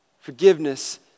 Forgiveness